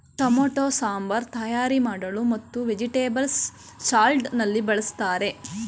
tomato sambar ತಯಾರಿ ಮಾಡಲು ಮತ್ತು ವೆಜಿಟೇಬಲ್ಸ್ ಸಲಾಡ್ ನಲ್ಲಿ ಬಳ್ಸತ್ತರೆ